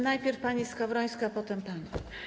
Najpierw pani Skowrońska, potem pan.